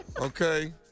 Okay